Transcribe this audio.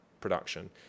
production